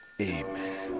Amen